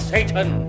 Satan